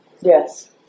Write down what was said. Yes